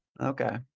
Okay